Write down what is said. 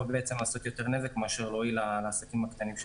לעשות יותר נזק מאשר להועיל לעסקים הקטנים.